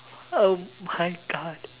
oh my god